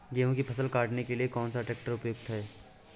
गेहूँ की फसल काटने के लिए कौन सा ट्रैक्टर उपयुक्त है?